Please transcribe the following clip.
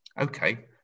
Okay